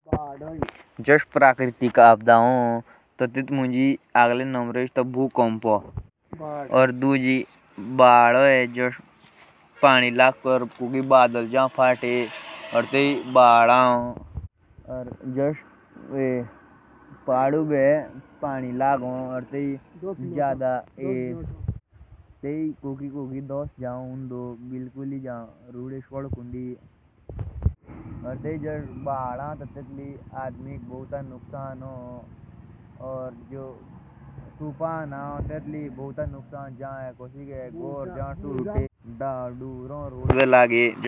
जुश प्रकृतिक आबदा भी हो। तो भोकाम होनो। और बादल जाओ कोकि फटे और भोसकलन जाओ होए मतलब फाड जाओ उडो रूडे। और बाद जाओ आई और तूफान भी आओ तो स्यो भौतो जादा हानि देओ कराए।